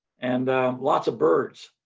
and lots of birds.